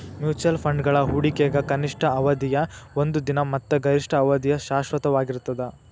mutual ಫಂಡ್ಗಳ ಹೂಡಿಕೆಗ ಕನಿಷ್ಠ ಅವಧಿಯ ಒಂದ ದಿನ ಮತ್ತ ಗರಿಷ್ಠ ಅವಧಿಯ ಶಾಶ್ವತವಾಗಿರ್ತದ